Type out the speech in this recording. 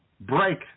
Break